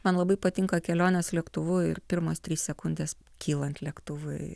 man labai patinka kelionės lėktuvu ir pirmos trys sekundės kylant lėktuvui